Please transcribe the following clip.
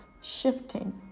shifting